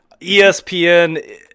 ESPN